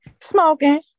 smoking